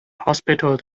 hospital